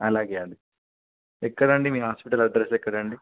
అలాగే అది ఎక్కడండి మీ హాస్పిటల్ అడ్రెస్ ఎక్కడండి